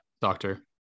doctor